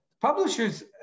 publishers